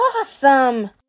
Awesome